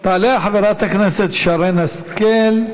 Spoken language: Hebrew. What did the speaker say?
תעלה חברת הכנסת שרן השכל,